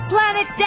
Planet